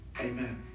Amen